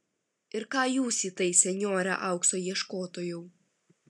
ir ką jūs į tai senjore aukso ieškotojau